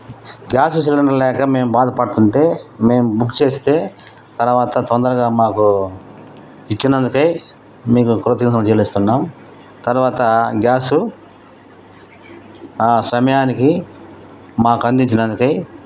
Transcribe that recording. gas cylinder లేక మేం బాధపడుతుంటే మేం బుక్ చేస్తే తర్వాత తొందరగా మాకు ఇచ్చినందుకై మీకు చెల్లిస్తున్నాం తర్వాత గ్యాసు ఆ సమయానికి మాకు అందించినందుకై